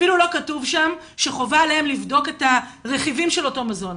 אפילו לא כתוב שם שחובה עליהם לבדוק את הרכיבים של אותו מזון.